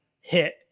hit